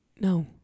no